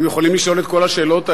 הם יכולים לשאול את כל השאלות האלה,